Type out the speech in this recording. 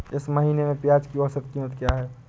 इस महीने में प्याज की औसत कीमत क्या है?